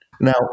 Now